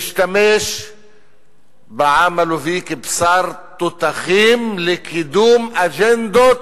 להשתמש בעם הלובי כבשר תותחים לקידום אג'נדות